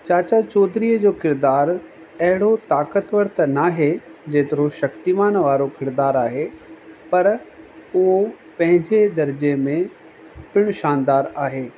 चाचा चौधरीअ जो किरदारु अहिड़ो ताक़तवर त न आहे जेतिरो शक्तिमान वारो किरदारु आहे पर उहो पंहिंजे दर्ज़े में पिण शानदारु आहे